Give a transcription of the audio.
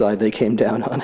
side they came down on